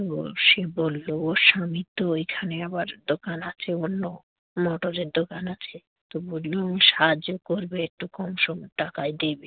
ও সে বললো ওর স্বামী তো ওইখানে আবার দোকান আছে অন্য মটরের দোকান আছে তো বললো উনি সাহায্য করবে একটু কমসম টাকায় দেবে